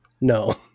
No